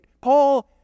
Paul